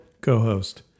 co-host